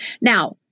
Now